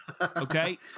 okay